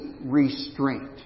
restraint